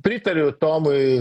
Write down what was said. pritariu tomui